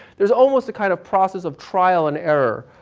there's almost a kind of process of trial and error